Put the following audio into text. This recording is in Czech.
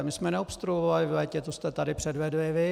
My jsme neobstruovali v létě, to jste tady předvedli vy.